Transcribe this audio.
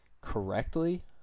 correctly